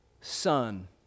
Son